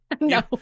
No